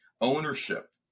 ownership